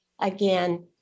again